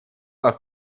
auch